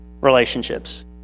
relationships